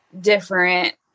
different